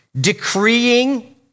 decreeing